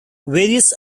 various